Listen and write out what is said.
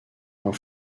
are